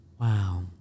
wow